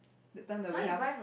that time the warehouse